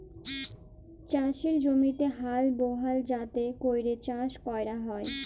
চাষের জমিতে হাল বহাল যাতে ক্যরে চাষ ক্যরা হ্যয়